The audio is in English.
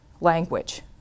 language